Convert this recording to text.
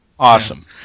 Awesome